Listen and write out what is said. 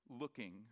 looking